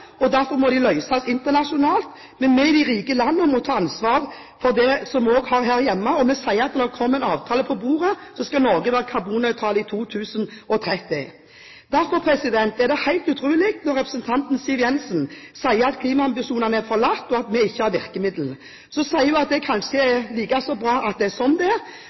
og derfor må de løses internasjonalt. Men vi i de rike landene må ta ansvar for det her hjemme. Vi sier at når det kommer en avtale på bordet, skal Norge være karbonnøytral i 2030. Derfor er det helt utrolig at representanten Siv Jensen sier at klimaambisjonene er forlatt, og at vi ikke har virkemidler. Så sier hun at det kanskje er like bra at det er slik – det sier mer om Fremskrittspartiets forhold til klimautfordringene og deres syn om at klimautfordringene ikke er